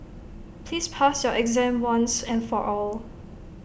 please pass your exam once and for all